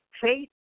Faith